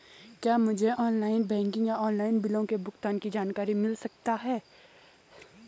क्या मुझे online banking और ऑनलाइन बिलों के भुगतान की जानकारी मिल सकता है?